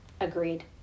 Agreed